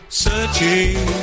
Searching